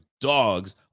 dogs